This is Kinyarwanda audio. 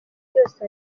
byose